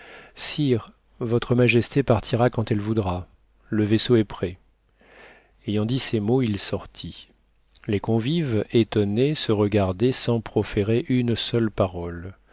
sire votre majesté partira quand elle voudra le vaisseau est prêt ayant dit ces mots il sortit les convives étonnés se regardaient sans proférer une seule parole